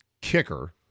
kicker